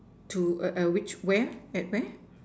to err err which where at where